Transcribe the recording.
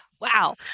wow